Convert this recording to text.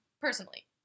personally